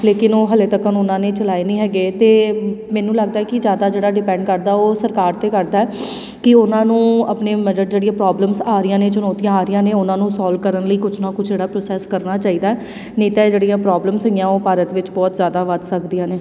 ਲੇਕਿਨ ਉਹ ਹਲੇ ਤੱਕ ਉਹਨਾਂ ਨੇ ਚਲਾਏ ਨਹੀਂ ਹੈਗੇ ਅਤੇ ਮੈਨੂੰ ਲੱਗਦਾ ਕਿ ਜ਼ਿਆਦਾ ਜਿਹੜਾ ਡਿਪੈਂਡ ਕਰਦਾ ਉਹ ਸਰਕਾਰ 'ਤੇ ਕਰਦਾ ਕਿ ਉਹਨਾਂ ਨੂੰ ਆਪਣੇ ਜਿਹੜੀਆਂ ਪ੍ਰੋਬਲਮ ਆ ਰਹੀਆਂ ਨੇ ਚੁਣੌਤੀਆਂ ਆ ਰਹੀਆਂ ਨੇ ਉਹਨਾਂ ਨੂੰ ਸੋਲਵ ਕਰਨ ਲਈ ਕੁਝ ਨਾ ਕੁਝ ਜਿਹੜਾ ਪ੍ਰੋਸੈਸ ਕਰਨਾ ਚਾਹੀਦਾ ਨਹੀਂ ਤਾਂ ਇਹ ਜਿਹੜੀਆਂ ਪ੍ਰੋਬਲਮਸ ਹੈਗੀਆਂ ਉਹ ਭਾਰਤ ਵਿੱਚ ਬਹੁਤ ਜ਼ਿਆਦਾ ਵੱਧ ਸਕਦੀਆਂ ਨੇ